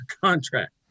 contract